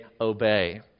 obey